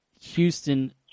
Houston